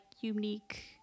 unique